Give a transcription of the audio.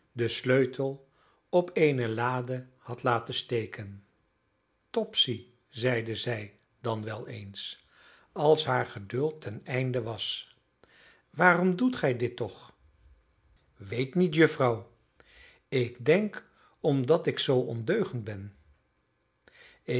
den sleutel op eene lade had laten steken topsy zeide zij dan wel eens als haar geduld ten einde was waarom doet gij dit toch weet niet juffrouw ik denk omdat ik zoo ondeugend ben ik